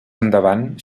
endavant